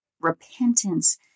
repentance